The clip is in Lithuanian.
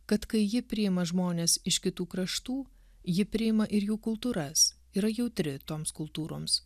kad kai ji priima žmones iš kitų kraštų ji priima ir jų kultūras yra jautri toms kultūroms